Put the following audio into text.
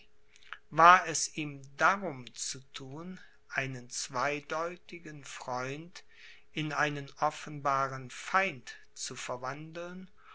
war es ihm darum zu thun einen zweideutigen freund in einen offenbaren feind zu verwandeln